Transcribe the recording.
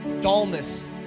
dullness